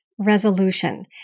resolution